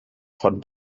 von